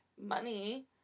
money